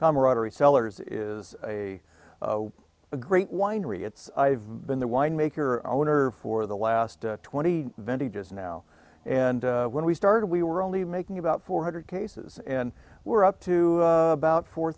comaraderie cellars is a great winery it's i've been the wine maker owner for the last twenty venti just now and when we started we were only making about four hundred cases and we're up to about four